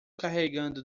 carregando